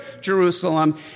Jerusalem